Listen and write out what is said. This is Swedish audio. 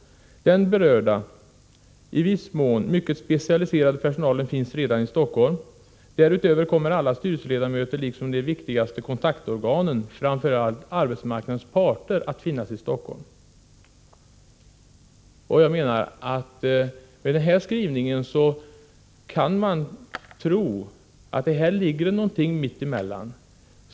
Den berörda, i viss mån mycket specialiserade personalen finns redan i Stockholm. Därutöver kommer alla styrelseledamöter liksom de viktigaste kontaktorganen, framför allt arbetsmarknadens parter, att finnas i Stockholm.” Med den skrivningen kan man tro att sanningen ligger någonstans mitt emellan.